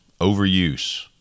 Overuse